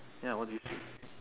ya what do you see